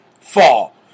fall